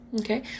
Okay